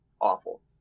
Awful